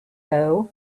though